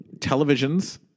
television's